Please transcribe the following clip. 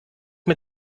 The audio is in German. mit